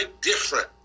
different